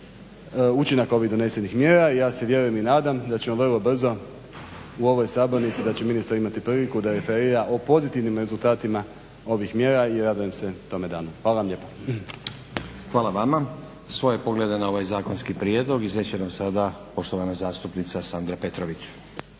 učinaka ovih donesenih mjera i ja vjerujem i nadam se da ćemo vrlo brzo u ovoj sabornici da će ministar imati priliku da referira o pozitivnim rezultatima ovih mjera i radujem se tome danu. Hvala vam lijepo. **Stazić, Nenad (SDP)** Hvala vama. Svoje poglede na ovaj zakonski prijedlog iznijet će nam sada poštovana zastupnica Sandra Petrović.